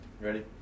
Ready